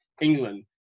england